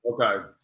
Okay